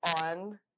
on